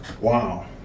wow